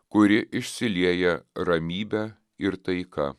kuri išsilieja ramybe ir taika